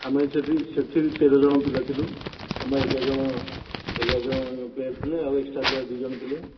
ଆମେ ସେଠି ସେଠି ତେର ଜଣ ପିଲା ଥିଲୁ ଆମେ ଏଗାର ଜଣ ଏଗାର ଜଣ ପ୍ଲେୟାର୍ ଥିଲେ ଆଉ ଏକ୍ସଟ୍ରା ଦୁଇ ଜଣ ପ୍ଲେୟାର୍ ଥିଲେ